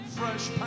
fresh